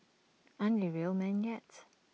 aren't they real men yet